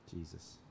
Jesus